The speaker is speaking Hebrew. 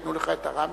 ייתנו לך את המיקרופון.